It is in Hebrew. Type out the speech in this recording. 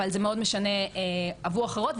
אבל זה מאד משנה עבור אחרות,